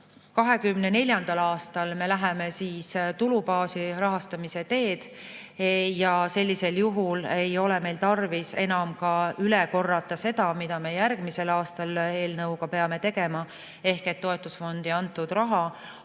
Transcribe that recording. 2024. aastal me läheme tulubaasi rahastamise teed ja sellisel juhul ei ole meil tarvis enam ka üle korrata seda, mida me järgmisel aastal peame tegema. Ehk toetusfondi antud raha